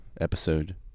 episode